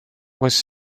was